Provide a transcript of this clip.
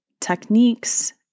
techniques